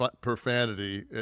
profanity